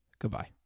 Goodbye